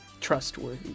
trustworthy